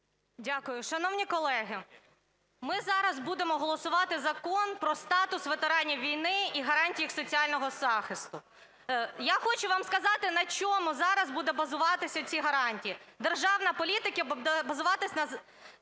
Дякую. Шановні колеги, ми зараз будемо голосувати Закон "Про статус ветеранів війни і гарантії їх соціального захисту". Я хочу вам сказати, на чому зараз будуть базуватися ці гарантії державної політики, базуватись на